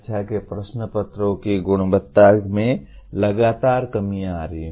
परीक्षा के प्रश्नपत्रों की गुणवत्ता में लगातार कमी आ रही है